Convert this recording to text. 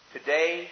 Today